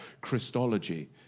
Christology